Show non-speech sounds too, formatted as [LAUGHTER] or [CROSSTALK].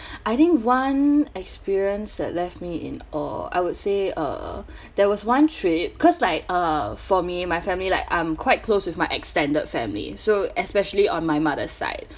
[BREATH] I think one experience that left me in awe I would say uh [BREATH] there was one trip cause like uh for me and my family like I'm quite close with my extended family so especially on my mother's side